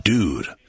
Dude